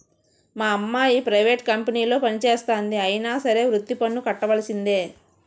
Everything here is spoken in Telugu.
మా అమ్మాయి ప్రైవేట్ కంపెనీలో పనిచేస్తంది అయినా సరే వృత్తి పన్ను కట్టవలిసిందే